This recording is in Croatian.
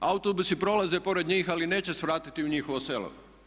Autobusi prolaze pored njih, ali neće svratiti u njihovo selo.